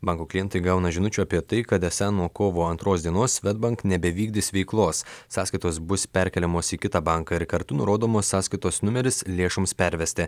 banko klientai gauna žinučių apie tai kad esą nuo kovo antros dienos svedbank nebevykdys veiklos sąskaitos bus perkeliamos į kitą banką ir kartu nurodomos sąskaitos numeris lėšoms pervesti